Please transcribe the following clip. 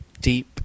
deep